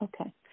Okay